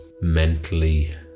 Mentally